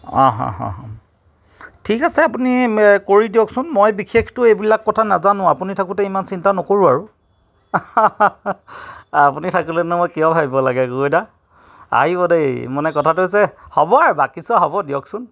ঠিক আছে আপুনি কৰি দিয়কচোন মই বিশেষটো এইবিলাক কথা নাজানো আপুনি থাকোঁতে ইমান চিন্তা নকৰো আৰু আপুনি থাকিলেনো মই কিয় ভাবিব লাগে গগৈ দা আহিব দেই মানে কথাটো হৈছে হ'ব আৰু বাকীছোৱা হ'ব দিয়কচোন